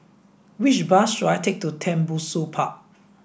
which bus should I take to Tembusu Park